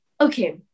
okay